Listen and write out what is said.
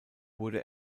wurde